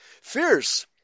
Fierce